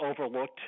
overlooked